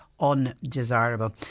undesirable